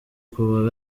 kuwa